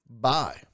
bye